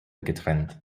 getrennt